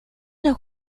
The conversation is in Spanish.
nos